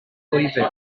blwyddyn